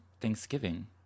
Thanksgiving